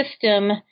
System